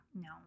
No